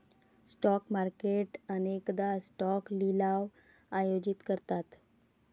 stock market अनेकदा stock लिलाव आयोजित करतात